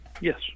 Yes